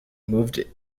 moved